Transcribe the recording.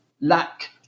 lack